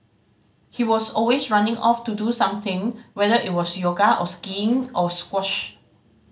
he was always running off to do something whether it was yoga or skiing or squash